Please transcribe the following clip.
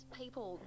people